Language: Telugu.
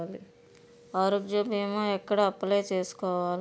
ఆరోగ్య భీమా ఎక్కడ అప్లయ్ చేసుకోవాలి?